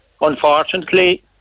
Unfortunately